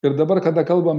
ir dabar kada kalbam